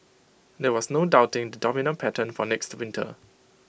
there was no doubting the dominant pattern for next winter